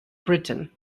britain